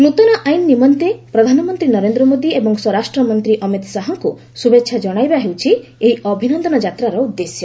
ନୃତନ ଆଇନ ନିମନ୍ତେ ପ୍ରଧାନମନ୍ତ୍ରୀ ନରେନ୍ଦ୍ର ମୋଦି ଏବଂ ସ୍ୱରାଷ୍ଟ୍ରମନ୍ତ୍ରୀ ଅମିତ ଶାହାଙ୍କୁ ଶୁଭେଚ୍ଛା ଜଣାଇବା ହେଉଛି ଏହି ଅଭିନନ୍ଦନ ଯାତ୍ରାର ଉଦ୍ଦେଶ୍ୟ